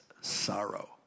sorrow